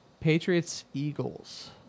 Patriots-Eagles